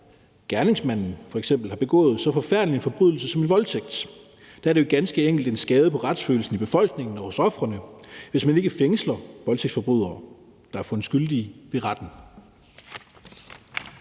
hvor gerningsmanden f.eks. har begået så forfærdelig en forbrydelse som voldtægt. Der er det ganske enkelt en skade på retsfølelsen i befolkningen og hos ofrene, hvis man ikke fængsler voldtægtsforbrydere, der er fundet skyldige i retten.